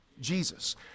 Jesus